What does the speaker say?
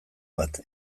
bat